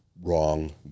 wrong